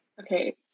Okay